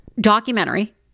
Documentary